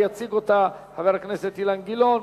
יציג אותה חבר הכנסת אילן גילאון.